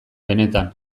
benetan